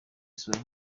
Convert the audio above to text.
isura